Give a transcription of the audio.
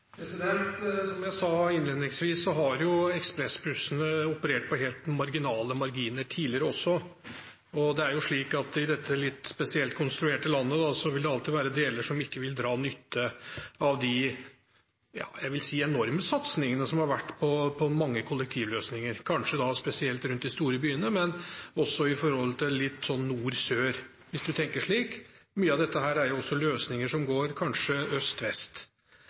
Som jeg sa innledningsvis, har ekspressbussene operert på helt marginale marginer tidligere også. Det er slik at i dette litt spesielt konstruerte landet vil det alltid være deler som ikke vil dra nytte av de – jeg vil si – enorme satsingene som har vært på mange kollektivløsninger, kanskje da spesielt rundt de store byene, men også med tanke på litt nord/sør, hvis man tenker slik. Mye av dette er også løsninger som kanskje går